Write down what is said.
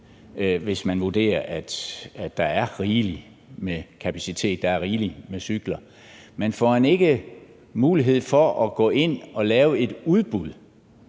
hvis man vurderer, at der er rigeligt med kapacitet, at der er rigeligt med cykler. Man får end ikke mulighed for at gå ind og lave et udbud